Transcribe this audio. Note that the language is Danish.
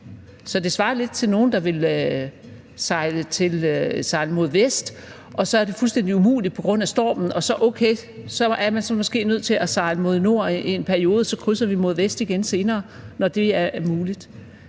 Så det svarer lidt til nogle, der vil sejle mod vest, og så er det fuldstændig umuligt på grund af stormen; så er det okay, at man måske er nødt til at sejle mod nord i en periode, og så krydser vi mod vest igen senere, når det er muligt.